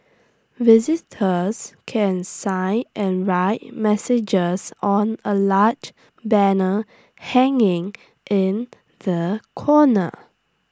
visitors can sign and write messages on A large banner hanging in the corner